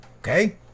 okay